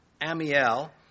Amiel